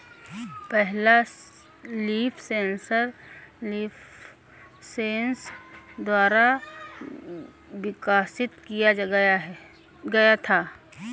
पहला leaf sensor LeafSens द्वारा विकसित किया गया था